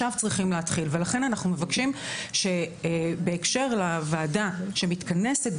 לכן אנחנו מבקשים שבהקשר לוועדה שמתכנסת,